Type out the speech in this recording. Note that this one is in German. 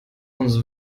uns